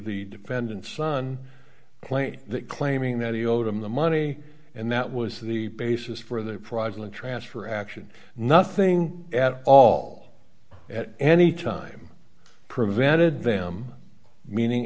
the dependent son claim that claiming that he owed them the money and that was the basis for their progeny transfer action nothing at all at any time prevented them meaning